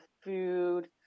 food